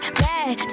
bad